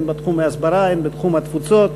הן בתחום ההסברה והן בתחום התפוצות,